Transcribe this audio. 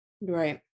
Right